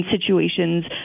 situations